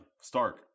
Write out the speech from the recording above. Stark